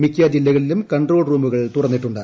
മിക്ക ജില്ലകളിലും കൺട്രോൾ റൂമുകൾ തുറന്നിട്ടുണ്ട്